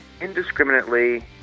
indiscriminately